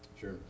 Sure